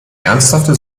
ernsthafte